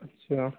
اچھا